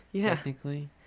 Technically